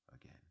again